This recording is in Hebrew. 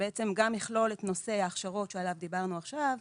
שבעצם גם יכלול את נושא ההכשרות שעליו דיברנו עכשיו,